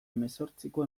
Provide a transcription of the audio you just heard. hemezortziko